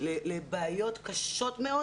לבעיות קשות מאוד